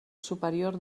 superior